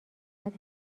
فقط